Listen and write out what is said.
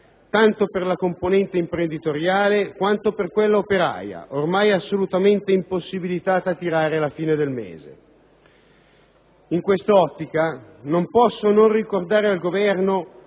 tanto per la componente imprenditoriale, quanto per quella operaia, ormai assolutamente impossibilitata a tirare la fine del mese! In quest'ottica non posso non ricordare al Governo